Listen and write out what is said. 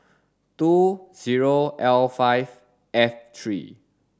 two zero L five F three